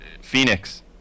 Phoenix